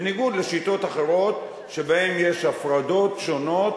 בניגוד לשיטות אחרות שבהן יש הפרדות שונות